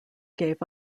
gave